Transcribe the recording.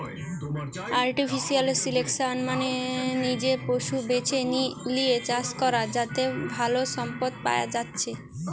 artificial selection মানে নিজে পশু বেছে লিয়ে চাষ করা যাতে ভালো সম্পদ পায়া যাচ্ছে